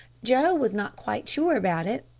joe was not quite sure about it,